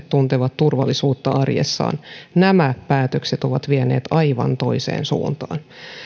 tuntevat turvallisuutta arjessaan nämä päätökset ovat vieneet aivan toiseen suuntaan